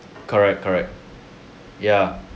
correct correct ya